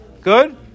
Good